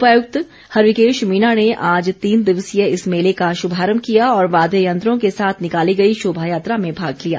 उपायुकत हरीकेश मीणा ने आज तीन दिवसीय इस मेले का शुभारम्भ किया और वाद्य यंत्रों के साथ निकाली गई शोभायात्रा में भाग लिया